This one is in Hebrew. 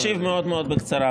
אני אשיב מאוד מאוד בקצרה.